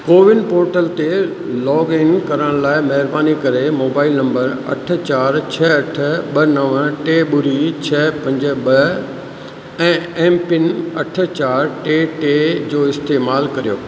CoWIN portal ते login करण लाइ महिरबानी करे मोबाइल नंबर अठ चारि छ अठ ॿ नव टे ॿुड़ी छ पंज ॿ ऐं एमपिन अठ चारि टे टे जो इस्तेमालु करियो